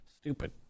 stupid